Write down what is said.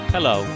Hello